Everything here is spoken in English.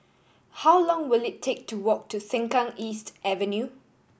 how long will it take to walk to Sengkang East Avenue